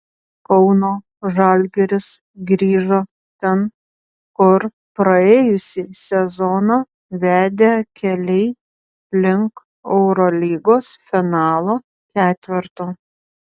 kauno žalgiris grįžo ten kur praėjusį sezoną vedė keliai link eurolygos finalo ketverto